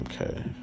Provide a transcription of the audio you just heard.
Okay